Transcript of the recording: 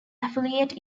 affiliate